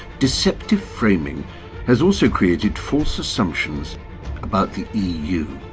deceptive framing has also created false assumptions about the eu.